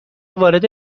وارد